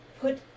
put